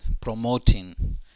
promoting